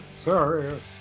serious